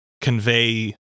convey